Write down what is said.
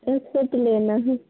एक सेट लेना है